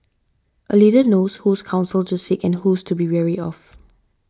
a leader knows whose counsel to seek and whose to be wary of